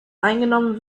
eingenommen